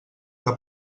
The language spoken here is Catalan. que